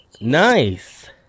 nice